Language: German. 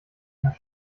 nach